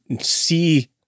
see